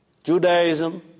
Judaism